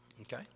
Okay